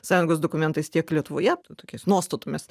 sąjungos dokumentais tiek lietuvoje tokiais nuostatomis